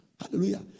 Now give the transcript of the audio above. Hallelujah